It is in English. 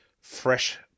fresh